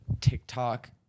tiktok